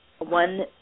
one